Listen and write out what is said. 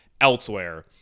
elsewhere